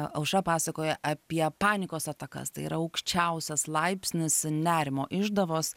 aušra pasakoja apie panikos atakas tai yra aukščiausias laipsnis nerimo išdavos